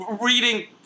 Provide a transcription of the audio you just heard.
reading